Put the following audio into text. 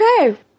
okay